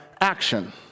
action